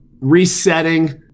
resetting